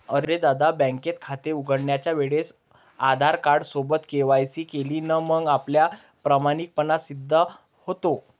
अरे दादा, बँकेत खाते उघडण्याच्या वेळेस आधार कार्ड सोबत के.वाय.सी केली ना मग आपला प्रामाणिकपणा सिद्ध होतो